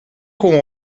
com